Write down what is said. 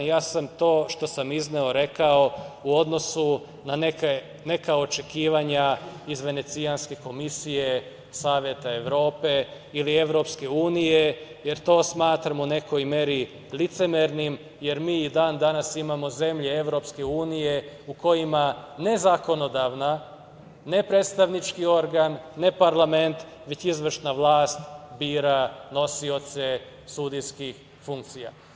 Ja sam to što sam izneo rekao u odnosu na neka očekivanja iz Venecijanske komisije, Saveta Evrope ili EU, jer to smatram u nekoj meri licemernim jer mi i dan danas imamo zemlje EU u kojima ne zakonodavna, ne predstavnički organ, ne parlament, već izvršna vlast bira nosioce sudijskih funkcija.